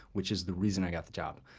which is the reason i got the job.